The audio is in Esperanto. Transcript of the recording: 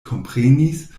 komprenis